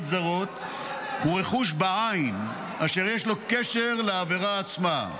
זרות הוא רכוש בעין אשר יש לו קשר לעבירה עצמה.